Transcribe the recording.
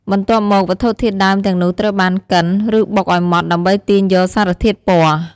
បន្ទាប់មក វត្ថុធាតុដើមទាំងនោះត្រូវបានកិន ឬបុកឱ្យម៉ដ្ឋដើម្បីទាញយកសារធាតុពណ៌។